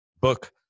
book